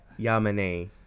Yamane